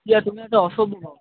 ঠিক আছে তুমি একটা অসভ্য বাবু